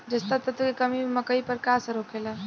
जस्ता तत्व के कमी से मकई पर का असर होखेला?